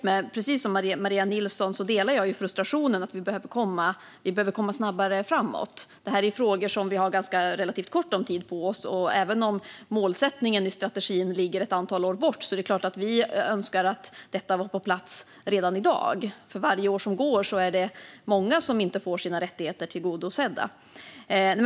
Jag delar dock Maria Nilssons frustration när det gäller att vi behöver komma snabbare framåt. Det här är frågor där vi har relativt kort tid på oss, och även om målsättningen i strategin ligger ett antal år bort önskar vi såklart att detta vore på plats redan i dag. För varje år som går är det många som inte får sina rättigheter tillgodosedda.